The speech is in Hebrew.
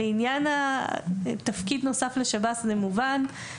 לעניין תפקיד נוסף לשב"ס, זה מובן.